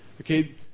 Okay